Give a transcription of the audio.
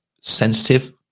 sensitive